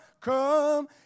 Come